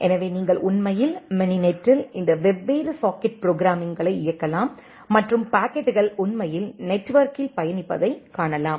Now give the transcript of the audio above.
எனவே நீங்கள் உண்மையில் மினினெட்டில் இந்த வெவ்வேறு சாக்கெட் ப்ரோக்ராம்மிங்களை இயக்கலாம் மற்றும் பாக்கெட்டுகள் உண்மையில் நெட்வொர்க்கில் பயணிப்பதைக் காணலாம்